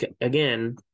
again